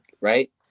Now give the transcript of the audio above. right